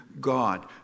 God